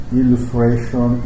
illustration